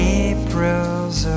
aprils